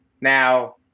Now